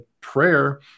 prayer